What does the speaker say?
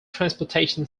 transportation